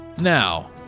Now